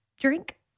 drink